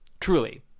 truly